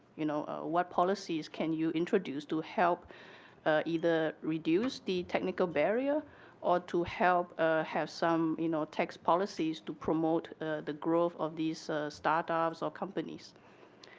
you know what policies can you introduce to help either reduce the technical barrier or to help have some, you know, text policies to promote the growth of these start-ups or companies.